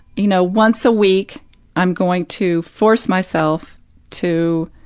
you know, once a week i'm going to force myself to